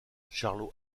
charlot